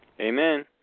Amen